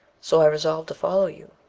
so i resolved to follow you.